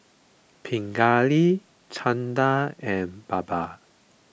Pingali Chanda and Baba